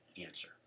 answer